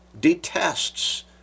Detests